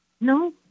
No